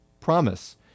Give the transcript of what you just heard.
Promise